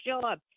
job